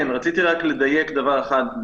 רציתי רק לדייק דבר אחד,